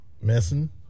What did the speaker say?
Messing